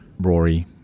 Rory